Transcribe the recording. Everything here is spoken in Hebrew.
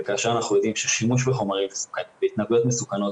וכאשר אנחנו יודעים ששימוש בחומרים מסוכנים והתנהגויות מסוכנות